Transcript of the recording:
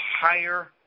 higher